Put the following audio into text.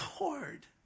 Lord